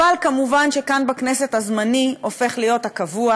אבל כמובן כאן בכנסת הזמני הופך להיות הקבוע,